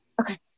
Okay